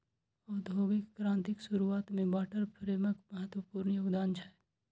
औद्योगिक क्रांतिक शुरुआत मे वाटर फ्रेमक महत्वपूर्ण योगदान छै